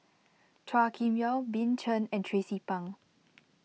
Chua Kim Yeow Bill Chen and Tracie Pang